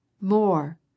more